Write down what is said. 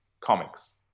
comics